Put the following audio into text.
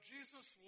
Jesus